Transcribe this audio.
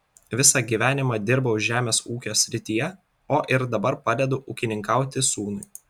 visą gyvenimą dirbau žemės ūkio srityje o ir dabar padedu ūkininkauti sūnui